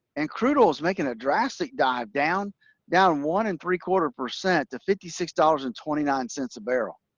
and crude oil is making a drastic dive down down one and three-quarter percent to fifty six dollars and twenty-nine cents a barrel.